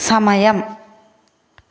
సమయం